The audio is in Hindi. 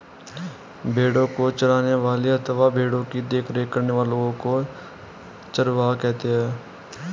भेड़ों को चराने वाले अथवा भेड़ों की देखरेख करने वाले लोगों को चरवाहा कहते हैं